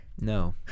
No